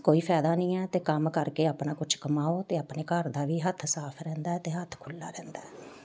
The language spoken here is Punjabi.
ਕੋਈ ਫ਼ਾਇਦਾ ਨਹੀਂ ਹੈ ਅਤੇ ਕੰਮ ਕਰਕੇ ਆਪਣਾ ਕੁਛ ਕਮਾਓ ਅਤੇ ਆਪਣੇ ਘਰ ਦਾ ਵੀ ਹੱਥ ਸਾਫ਼ ਰਹਿੰਦਾ ਅਤੇ ਹੱਥ ਖੁੱਲਾ ਰਹਿੰਦਾ ਹੈ